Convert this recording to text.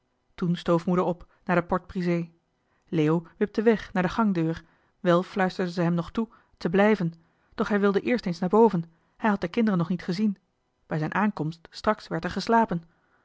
toen stoof moeder op naar de porte brisée leo wipte weg naar de gangdeur wel fluisterde zij hem snel nog toe te blijven doch hij wilde eerst eens naar boven hij had de kinderen nog niet gezien bij zijn aankomst straks werd er geslapen